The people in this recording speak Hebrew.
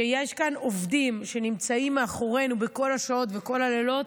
שיש כאן עובדים שנמצאים מאחורינו בכל השעות וכל הלילות,